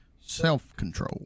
self-control